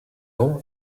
ans